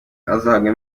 azahabwa